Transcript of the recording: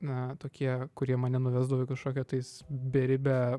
na tokie kurie mane nuvesdavo į kažkokią tais beribę